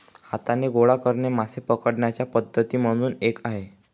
हाताने गोळा करणे मासे पकडण्याच्या पद्धती मधून एक आहे